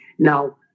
Now